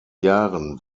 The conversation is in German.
jahren